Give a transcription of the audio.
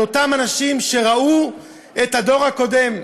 על אותם אנשים שראו את הדור הקודם.